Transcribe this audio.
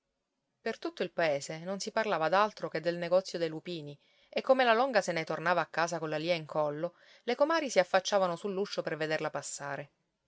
per tutto il paese non si parlava d'altro che del negozio dei lupini e come la longa se ne tornava a casa colla lia in collo le comari si affacciavano sull'uscio per vederla passare